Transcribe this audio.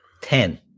Ten